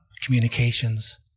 communications